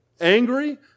angry